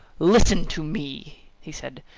listen to me! he said.